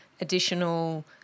additional